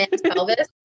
pelvis